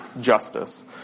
justice